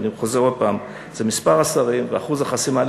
ואני חוזר עוד פעם: זה מספר השרים ואחוז החסימה,